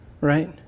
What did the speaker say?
right